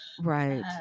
Right